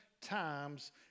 times